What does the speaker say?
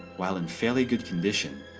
while in fairly good condition,